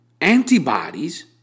antibodies